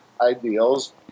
ideals